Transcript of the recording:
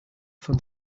von